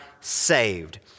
saved